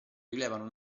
rilevano